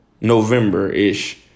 November-ish